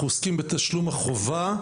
אנחנו עוסקים היום בתשלום החובה,